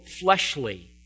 fleshly